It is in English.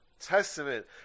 testament